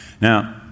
Now